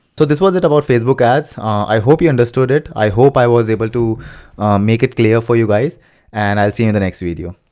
so this was it about facebook ads. i hope you understood it, i hope i was able to make it clear for you guys and i'll see you in the next video.